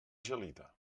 gelida